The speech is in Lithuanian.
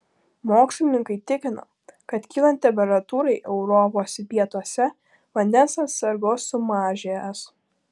mokslininkai tikina kad kylant temperatūrai europos pietuose vandens atsargos sumažės